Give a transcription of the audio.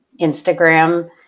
Instagram